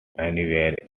anywhere